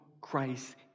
Christ